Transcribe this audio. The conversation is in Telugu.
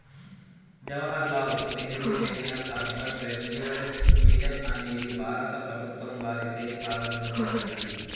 Jawahar Lal Nehru national urban renewal mission అనేది భారత ప్రభుత్వం వారిచే ప్రారంభించబడింది